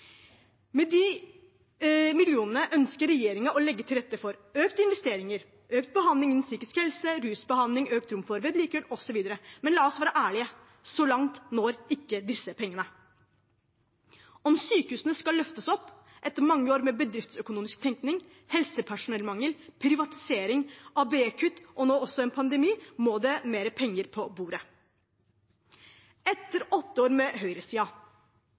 Med de millionene ønsker regjeringen å legge til rette for økte investeringer, økt behandling innen psykisk helse, rusbehandling, økt rom for vedlikehold, osv., men la oss være ærlige: Så langt når ikke disse pengene. Om sykehusene skal løftes opp etter mange år med bedriftsøkonomisk tenkning, helsepersonellmangel, privatisering, ABE-kutt og nå også en pandemi, må det mer penger på bordet. Etter åtte år med